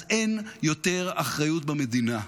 אז אין יותר אחריות במדינה,